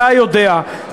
אתה יודע,